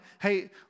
hey